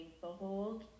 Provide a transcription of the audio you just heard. Behold